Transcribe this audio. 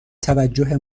توجه